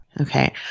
Okay